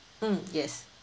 mm yes